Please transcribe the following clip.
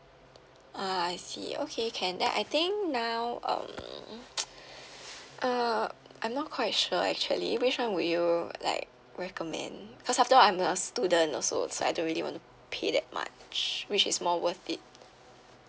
ah I see okay can then I think now um uh I'm not quite sure actually which [one] would you like recommend because after all I'm a student also so I don't really want to pay that much which is more worth it